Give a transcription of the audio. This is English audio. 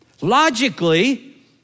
Logically